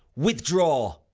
withdraw,